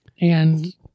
and-